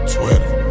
Twitter